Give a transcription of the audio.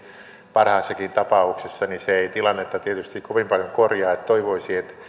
parhaassakin tapauksessa niin se ei tilannetta tietysti kovin paljon korjaa toivoisi että